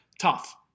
tough